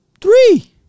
three